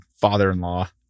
father-in-law